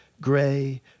gray